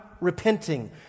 repenting